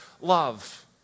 love